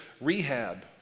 rehab